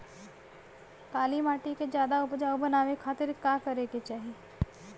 काली माटी के ज्यादा उपजाऊ बनावे खातिर का करे के चाही?